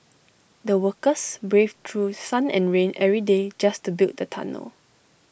the workers braved through sun and rain every day just to build the tunnel